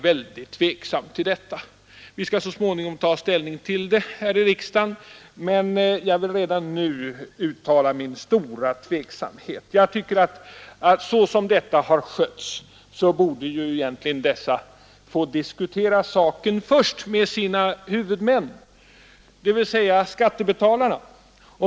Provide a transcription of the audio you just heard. Vi skall så småningom ta ställning till det här i riksdagen, men jag vill redan nu uttala min stora tveksamhet inför detta. Jag tycker att såsom den här saken har skötts borde egentligen dessa företag först få diskutera frågan med sina huvudmän, dvs. skattebetalarna.